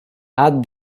add